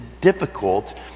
difficult